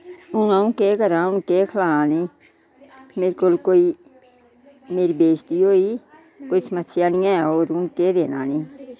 हून अ'ऊं केह् करां केह् खलां इनें नेरे कोल कोई मेरी बेशती होई कोई समस्या नी ऐ और केह् हुन केह् देना इ'नें